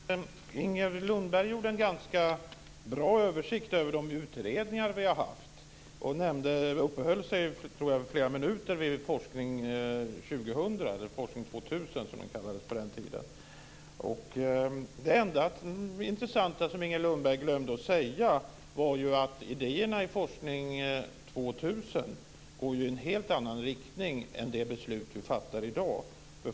Herr talman! Inger Lundberg gav en ganska bra översikt över de utredningar vi har haft. Hon uppehöll sig, tror jag, flera minuter vid Forskning 2000. Det enda intressanta som Inger Lundberg glömde att säga var att idéerna i Forskning 2000 går i en helt annan riktning än det beslut vi fattar i dag.